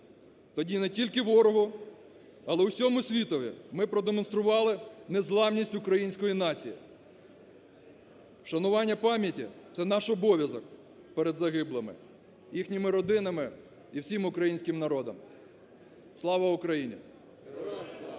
Тоді не тільки ворогу, але всьому світові ми продемонстрували незламність української нації. Вшанування пам'яті – це наш обов'язок перед загиблими, їхніми родинами і всім українським народом. Слава України!